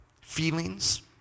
feelings